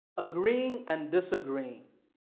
agreeing and disagreeing.